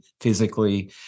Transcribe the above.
physically